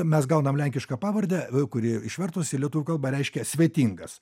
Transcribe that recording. mes gaunam lenkišką pavardę kuri išvertus į lietuvių kalbą reiškia svetingas